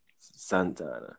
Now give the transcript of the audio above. Santana